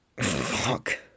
Fuck